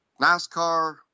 NASCAR